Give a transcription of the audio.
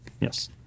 yes